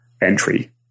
entry